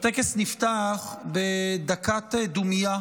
הטקס נפתח בדקת דומייה